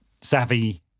savvy